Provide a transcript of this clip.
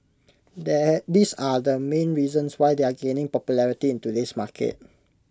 they these are the main reasons why they are gaining popularity in today's market